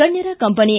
ಗಣ್ಯರ ಕಂಬನಿ